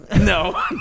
No